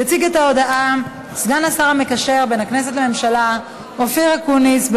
יציג את ההודעה סגן השר המקשר בין הכנסת לממשלה אופיר אקוניס.